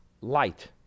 light